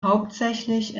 hauptsächlich